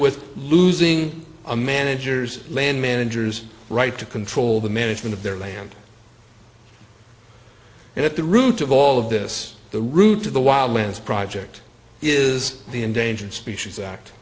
with losing a manager's land managers right to control the management of their land and at the root of all of this the route to the wild lands project is the endangered species act